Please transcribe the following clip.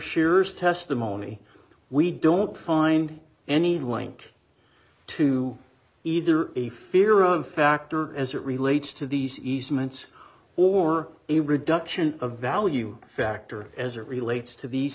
sheers testimony we don't find any link to either a fear of factor as it relates to these easements or a reduction a value factor as it relates to these